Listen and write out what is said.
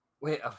Wait